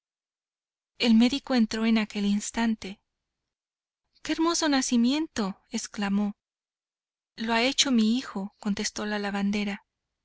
el médico entró en aquel instante qué hermoso nacimiento exclamó lo ha hecho mi hijo contestó la lavandera